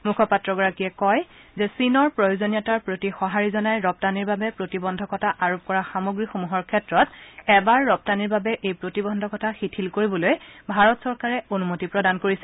মুখপাত্ৰগৰাকীয়ে কয় যে চীনৰ প্ৰয়োজনীয়তাৰ প্ৰতি সঁহাৰি জনাই ৰপ্তানিৰ বাবে প্ৰতিবদ্ধকতা আৰোপ কৰা সামগ্ৰীসমূহৰ ক্ষেত্ৰত এবাৰ ৰপ্তানিৰ বাবে এই প্ৰতিবন্ধকতা শিথিল কৰিবলৈ ভাৰত চৰকাৰে অনুমতি প্ৰদান কৰিছে